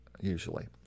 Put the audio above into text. usually